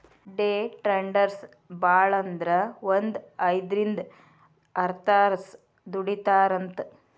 ಡೆ traders ಭಾಳಂದ್ರ ಒಂದ್ ಐದ್ರಿಂದ್ ಆರ್ತಾಸ್ ದುಡಿತಾರಂತ್